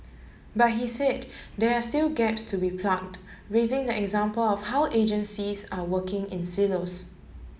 but he said there are still gaps to be plugged raising the example of how agencies are working in silos